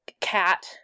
cat